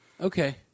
Okay